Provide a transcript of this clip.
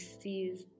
sees